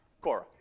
Cora